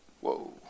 Whoa